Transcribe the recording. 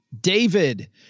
David